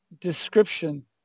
description